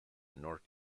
north